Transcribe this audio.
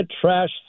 trash